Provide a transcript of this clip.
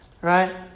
Right